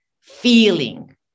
feeling